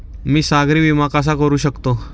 मी सागरी विमा कसा करू शकतो?